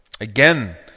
again